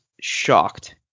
shocked